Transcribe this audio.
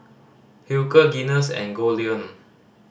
Hilker Guinness and Goldlion